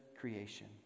creation